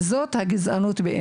וזו הגזענות.